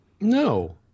No